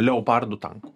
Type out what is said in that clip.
leopardų tankų